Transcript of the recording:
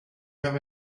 have